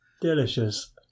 Delicious